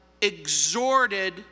exhorted